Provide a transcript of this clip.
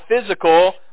physical